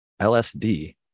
LSD